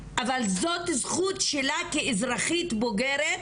אבל זאת זכות שלה כאזרחית בוגרת,